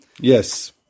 Yes